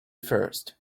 first